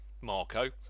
Marco